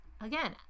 Again